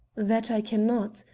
that i can not.